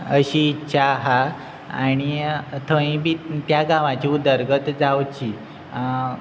अशी इच्छा आसा आनी थंय बी त्या गांवाची उदरगत जावची